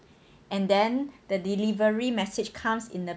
and then the delivery message comes in a